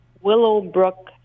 Willowbrook